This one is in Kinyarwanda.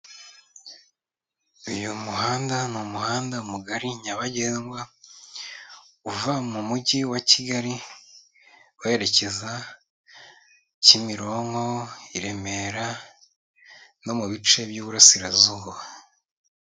Uyu muhanda ni umuhanda mugari nyabagendwa, uva mu Mujyi wa Kigali werekeza Kimironko, i Remera no mu bice by'Iburasirazuba.